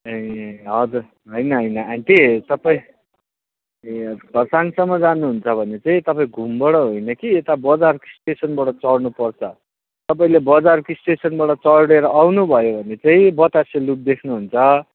ए हजुर होइन होइन आन्टी तपाईँ ए हजुर खरसाङसम्म जानुहुन्छ भने चैँ घुमबड होइन कि यता बजार स्टेसनबाट चढ्नुपर्छ तपाईँले बजारको स्टेसनबाट चढेर आउनु भयो भने चाहिँ बतासे लुप देख्नुहुन्छ